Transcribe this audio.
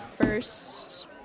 first